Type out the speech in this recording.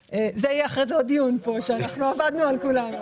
אחר כך יהיה כאן עוד דיון כי יאמרו שעבדנו על כולם.